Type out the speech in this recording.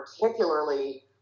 particularly